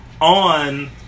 on